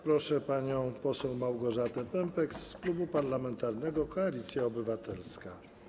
Proszę panią poseł Małgorzatę Pępek z Klubu Parlamentarnego Koalicja Obywatelska.